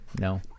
No